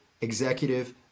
executive